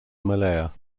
malaya